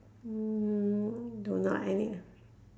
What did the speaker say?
mm don't know I any~